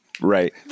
Right